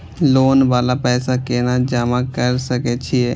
Loan वाला पैसा केना जमा कर सके छीये?